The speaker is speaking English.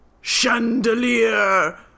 Chandelier